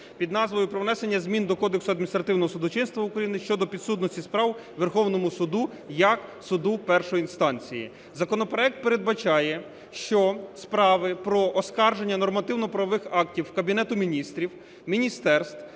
під назвою "Про внесення змін до Кодексу адміністративного судочинства України щодо підсудності справ Верховному Суду як суду першої інстанції". Законопроект передбачає, що справи про оскарження нормативно-правових актів Кабінету Міністрів, міністерств,